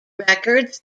records